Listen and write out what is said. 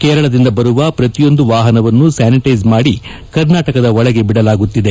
ಕೇರಳದಿಂದ ಬರುವ ಪ್ರತಿಯೊಂದು ವಾಹನವನ್ನೂ ಸ್ಯಾನಿಟ್ಟೆಸ್ ಮಾಡಿ ಕರ್ನಾಟಕದ ಒಳಗೆ ಬಿಡಲಾಗುತ್ತಿದೆ